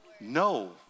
No